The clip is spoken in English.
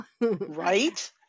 right